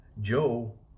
Joe